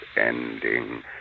ending